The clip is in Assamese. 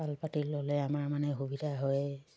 পাল পাতি ল'লে আমাৰ মানে সুবিধা হয়